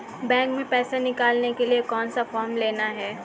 Bank में पैसा निकालने के लिए कौन सा फॉर्म लेना है?